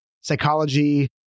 psychology